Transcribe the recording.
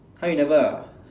!huh! you never ah